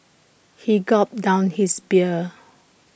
he gulped down his beer